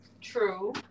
true